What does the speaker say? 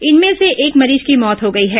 इनमें से एक मरीज की मौत हो गई है